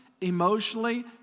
emotionally